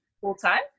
full-time